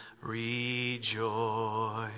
rejoice